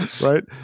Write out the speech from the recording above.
right